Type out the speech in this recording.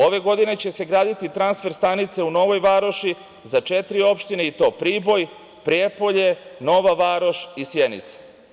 Ove godine će se graditi transfer stanica u Novoj Varoši za četiri opštine i to; Priboj, Prijepolje, Nova Varoš i Sjenica.